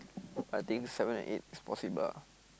I think seven and eight is possible ah